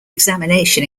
examination